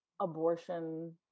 abortion